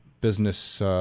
business